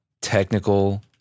technical